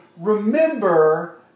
remember